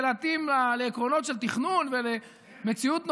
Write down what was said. להתאים לעקרונות של תכנון ולמציאות נורמלית,